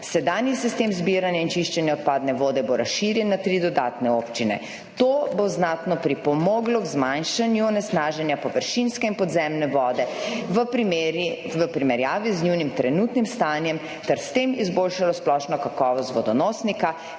Sedanji sistem zbiranja in čiščenja odpadne vode bo razširjen na tri dodatne občine, to bo znatno pripomoglo k zmanjšanju onesnaženja površinske in podzemne vode v primerjavi z njunim trenutnim stanjem ter s tem izboljšalo splošno kakovost vodonosnika,